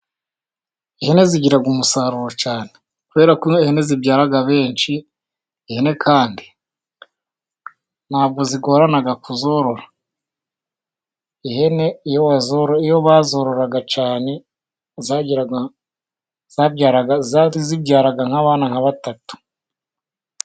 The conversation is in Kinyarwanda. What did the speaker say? Ihene zigira umusaruro cyane, kubera ko ihene zibyara benshi, ihene kandi ntabwo zigorana kuzorora, ihene iyo bazororaga cyane, zibyaraga abana nka batatu.